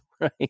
right